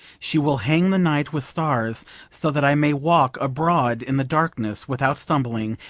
she will hang the night with stars so that i may walk abroad in the darkness without stumbling,